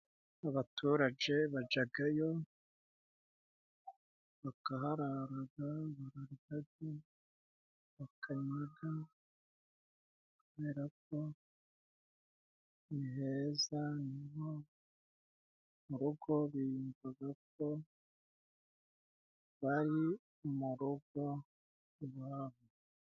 Abaturaje bajagayo bakahararaga, bararyaga, bakaryaga kubera ko ni heza ni nko mu rugo, biyumvaga ko bari mu rugo iwabo.